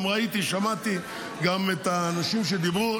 גם ראיתי ושמעתי את האנשים שדיברו.